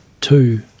two